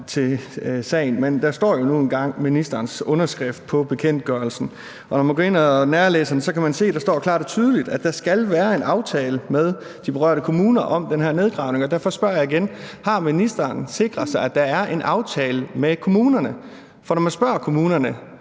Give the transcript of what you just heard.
men der står nu engang ministerens underskrift på bekendtgørelsen, og når man går ind og nærlæser den, kan man se, at der klart og tydeligt står, at der skal være en aftale med de berørte kommuner om den her nedgravning, og derfor spørger jeg igen: Har ministeren sikret sig, at der er en aftale med kommunerne, for når man spørger kommunerne,